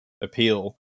appeal